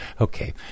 Okay